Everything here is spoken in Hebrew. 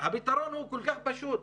הפתרון הוא כל כך פשוט,